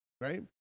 right